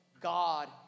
God